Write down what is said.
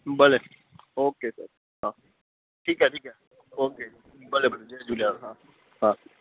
भले ओके दादा हा ठीकु आहे ठीक आहे ओके भले भले जय झूलेलाल हा हा